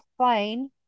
plain